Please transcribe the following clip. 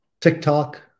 TikTok